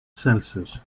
celsius